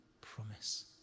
promise